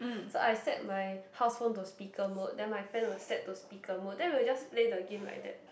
so I set my house phone to speaker mode then my friend will set to speaker mode then we will just play the game like that